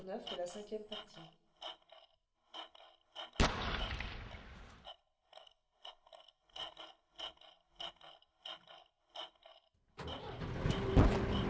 de la cinquième partie